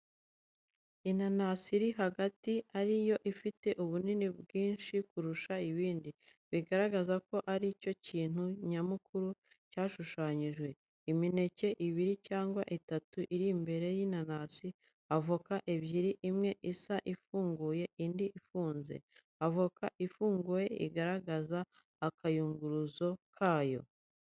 Inanasi iri hagati, ari yo ifite ubunini bwinshi kurusha ibindi, bigaragaza ko ari cyo kintu nyamukuru cyashushanyijwe. Imineke ibiri cyangwa itatu iri imbere y’inanasi. Avoka ebyiri: imwe isa n’ifunguwe, indi ifunze. Avoka ifunguye igaragaza akayunguruzo kayo.